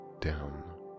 down